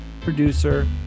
producer